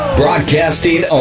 broadcasting